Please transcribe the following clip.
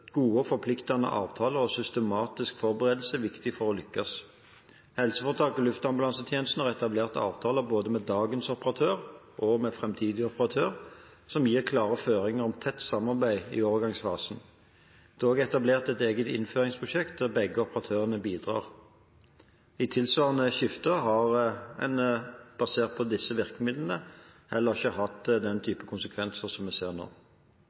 Gode, forpliktende avtaler og systematisk forberedelse er viktig for å lykkes. Helseforetaket og Luftambulansetjenesten har etablert avtaler både med dagens operatør og med framtidig operatør som gir klare føringer om tett samarbeid i overgangsfasen. Det er også etablert et eget innføringsprosjekt, der begge operatørene bidrar. I tilsvarende skifter har en basert på disse virkemidlene heller ikke sett den typen konsekvenser som vi ser nå.